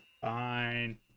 fine